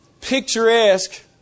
picturesque